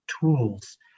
tools